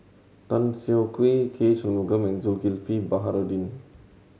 Tan Siah Kwee K Shanmugam and Zulkifli Baharudin